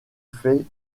fait